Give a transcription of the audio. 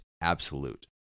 absolute